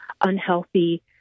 unhealthy